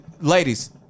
Ladies